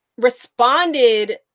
responded